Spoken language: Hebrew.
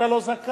אתה לא זכאי.